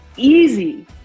easy